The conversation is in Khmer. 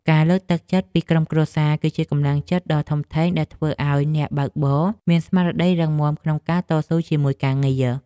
ការលើកទឹកចិត្តពីក្រុមគ្រួសារ គឺជាកម្លាំងចិត្តដ៏ធំធេងដែលធ្វើឱ្យអ្នកបើកបរមានស្មារតីរឹងមាំក្នុងការតស៊ូជាមួយការងារ។